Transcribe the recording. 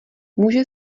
může